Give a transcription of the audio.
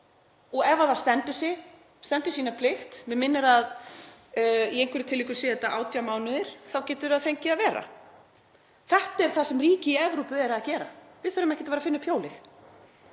og ef það stendur sig, stendur sína plikt — mig minnir að í einhverjum tilvikum séu þetta 18 mánuðir — þá getur það fengið að vera. Þetta er það sem ríki í Evrópu eru að gera. Við þurfum ekkert að finna upp hjólið.